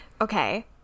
okay